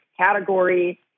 category